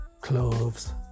cloves